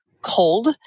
cold